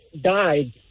died